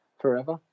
forever